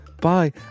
Bye